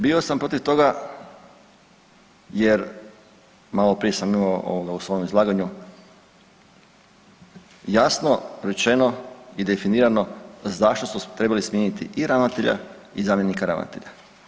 Bio sam protiv toga jer malo prije sam imao u svom izlaganju jasno rečeno i definirano zašto su trebali smijeniti i ravnatelja i zamjenika ravnatelja.